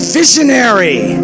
visionary